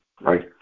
right